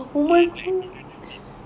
and then below the bed